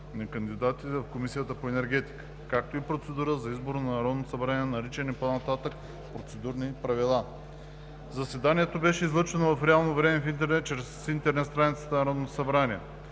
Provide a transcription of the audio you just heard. на кандидатите в Комисията по енергетика, както и процедурата за избор от Народното събрание, наричани по-нататък „Процедурни правила“. Заседанието беше излъчено в реално време в интернет чрез интернет страницата на Народното събрание.